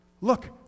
look